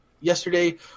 yesterday